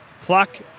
Pluck